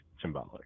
symbolic